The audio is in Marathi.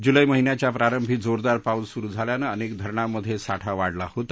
जुलै महिन्याच्या प्रारंभी जोरदार पाऊस सुरु झाल्यानं अनेक धरणांमध्ये साठा वाढला होता